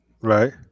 right